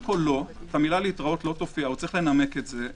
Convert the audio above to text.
הוא צריך לנמק את זה,